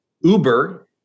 Uber